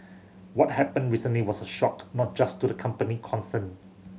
what happened recently was a shock not just to the company concerned